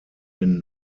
den